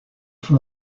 for